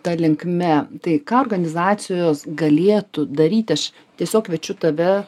ta linkme tai ką organizacijos galėtų daryti aš tiesiog kviečiu tave